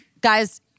guys